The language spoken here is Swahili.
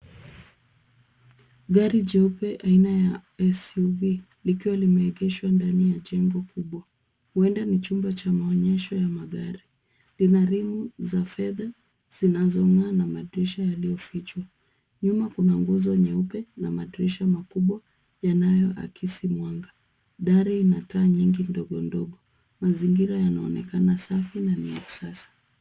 Gari jeupe aina ya SUV, likiwa limeegeshwa ndani ya jengo kubwa. Huenda ni chumba cha maonyesho ya magari. Vina rimu za fedha zinazong'aa na madirisha yaliyofichwa. Nyuma kuna nguzo nyeupe na madirisha makubwa yanayoakisi mwanga. Dari ina taa nyingi ndogo ndogo. Mazingira yanaonekana safi na ni ya kisasa.